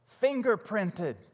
fingerprinted